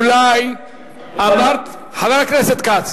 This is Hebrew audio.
אתה איש, חבר הכנסת כץ,